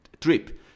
trip